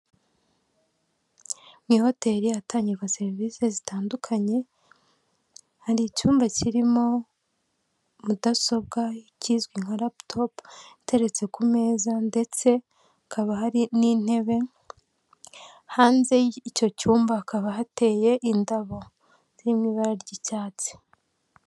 Mu ihoteli ahatangirwa serivise zitandukanye, hari icyumba kirimo mudasobwa kizwi nka laputopu iteretse ku meza ndetse hakaba hari n'intebe, hanze y'icyo cyumba hakaba hateye indabo ziri mu ibara ry'icyatsi.